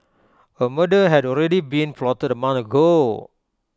A murder had already been plotted A month ago